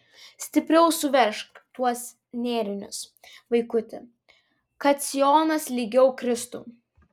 stipriau suveržk tuos nėrinius vaikuti kad sijonas lygiau kristų